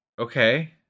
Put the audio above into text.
Okay